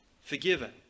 forgiven